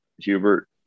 Hubert